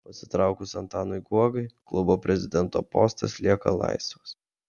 pasitraukus antanui guogai klubo prezidento postas lieka laisvas